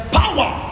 power